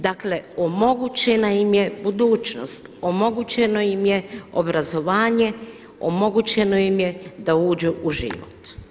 Dakle, omogućena im je budućnost, omogućeno im je obrazovanje, omogućeno im je da uđu u život.